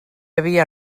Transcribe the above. havia